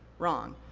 wrong.